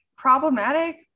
problematic